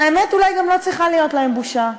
והאמת, אולי גם לא צריכה להיות להם בושה.